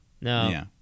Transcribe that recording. No